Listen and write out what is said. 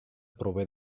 prové